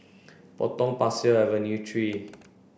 Potong Pasir Avenue three